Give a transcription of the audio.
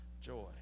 joy